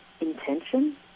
intention